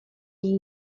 گین